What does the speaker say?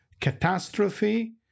catastrophe